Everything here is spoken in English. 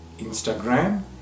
Instagram